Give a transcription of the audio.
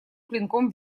клинком